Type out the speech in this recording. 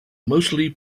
mostly